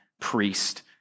priest